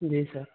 جی سر